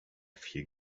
few